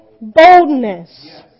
boldness